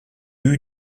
eut